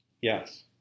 Yes